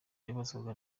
yabazwaga